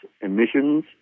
emissions